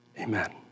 Amen